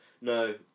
no